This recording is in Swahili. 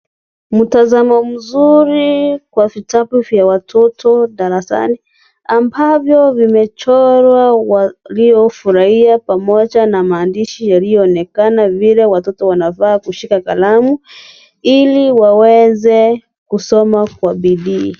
Mtazamo mzuri kwa vitabu vya watoto darasani ambavyo vimechorwa walio furahia pamoja na maandishi yaliyoonekana vile watoto wanafaa kushika kalamu ili waweze kusoma kwa bidii.